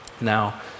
Now